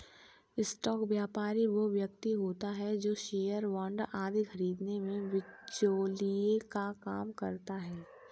stock व्यापारी वो व्यक्ति होता है जो शेयर बांड आदि खरीदने में बिचौलिए का काम करता है